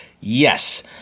yes